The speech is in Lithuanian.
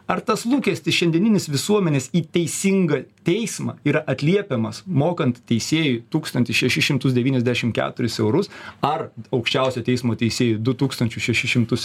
ar tas lūkestis šiandieninis visuomenės į teisingą teismą ir atliepiamas mokant teisėjui tūkstantį šešis šimtus devyniasdešim keturis eurus ar aukščiausio teismo teisėju du tūkstančius šešis šimtus